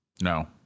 No